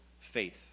faith